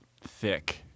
thick